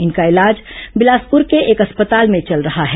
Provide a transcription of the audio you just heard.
इनका इलाज बिलासपुर के एक अस्पताल में चल रहा है